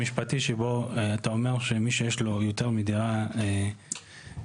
אתה אומר שמי שיש לו יותר מדירה אחת,